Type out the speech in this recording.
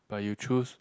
but you choose